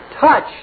touch